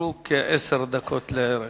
נותרו עשר דקות לערך.